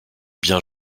bien